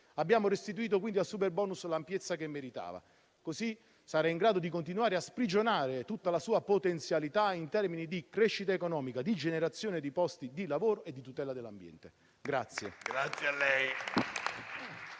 abbiamo così restituito al superbonus l'ampiezza che meritava. In questo modo sarà in grado di continuare a sprigionare tutta la sua potenzialità in termini di crescita economica, generazione di posti di lavoro e tutela dell'ambiente.